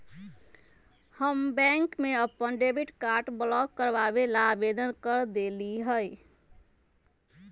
हम बैंक में अपन डेबिट कार्ड ब्लॉक करवावे ला आवेदन कर देली है